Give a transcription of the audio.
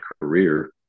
career